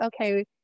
okay